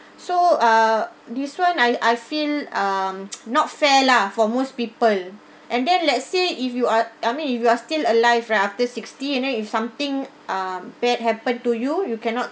so uh this one I I feel um not fair lah for most people and then let's say if you are I mean if you are still alive right after sixty and then if something um bad happen to you you cannot